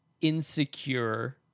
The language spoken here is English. insecure